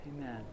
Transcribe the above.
Amen